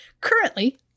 Currently